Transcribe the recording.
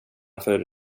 för